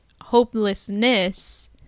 hopelessness